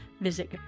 Visit